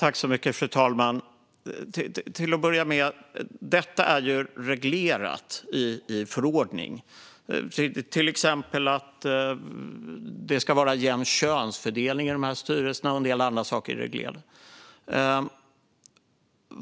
Fru talman! Till att börja med - detta är reglerat i förordning. Det ska till exempel vara jämn könsfördelning i styrelserna, och även en del andra saker är reglerade.